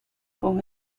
por